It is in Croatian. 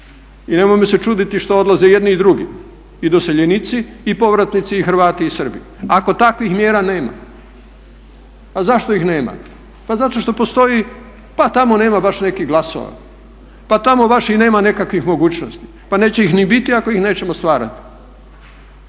i nemojmo se čuditi što odlaze i jedni i drugi i doseljenici i povratnici i Hrvati i Srbi ako takvih mjera nema. A zašto ih nema? Pa zato što postoji pa tamo nema baš nekih glasova, pa tamo vaših nema nekakvih mogućnosti. Pa neće ih ni biti ako ih nećemo stvarati.